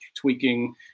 tweaking